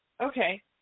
Okay